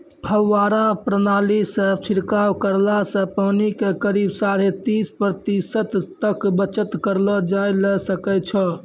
फव्वारा प्रणाली सॅ छिड़काव करला सॅ पानी के करीब साढ़े तीस प्रतिशत तक बचत करलो जाय ल सकै छो